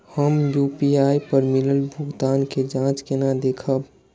हम यू.पी.आई पर मिलल भुगतान के जाँच केना देखब?